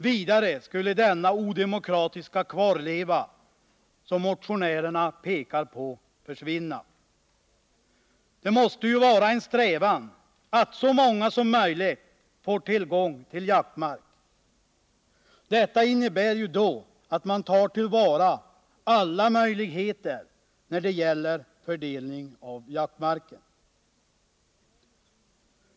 Vidare skulle den odemokratiska kvarleva som motionärerna pekar på försvinna. Det måste vara en strävan att så många som möjligt får tillgång till jaktmark, och motionärernas förslag innebär att man tar till vara alla möjligheter i den riktningen när det gäller fördelning av jaktmarker.